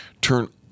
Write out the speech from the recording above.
turn